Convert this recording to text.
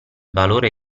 valore